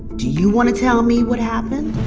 do you want to tell me what happened?